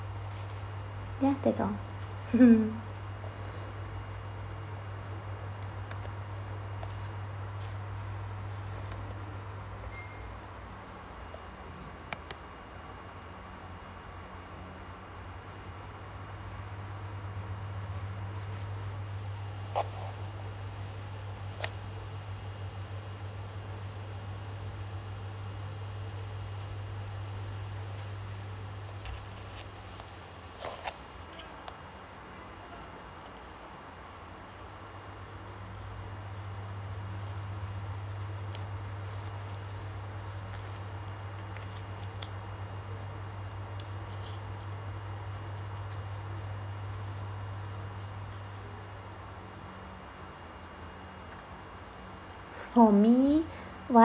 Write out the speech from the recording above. ya that's all for me what